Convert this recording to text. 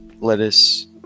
lettuce